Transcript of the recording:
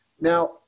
Now